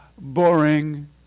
boring